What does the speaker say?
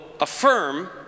affirm